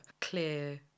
clear